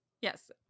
Yes